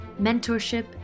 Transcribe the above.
mentorship